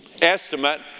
estimate